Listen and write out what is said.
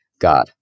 god